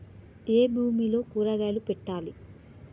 ఏ భూమిలో కూరగాయలు పెట్టాలి?